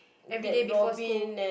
everyday before school